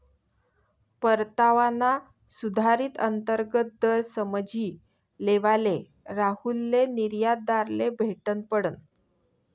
परतावाना सुधारित अंतर्गत दर समझी लेवाले राहुलले निर्यातदारले भेटनं पडनं